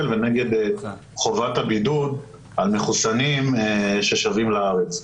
ונגד חובת הבידוד על מחוסנים ששבים לארץ.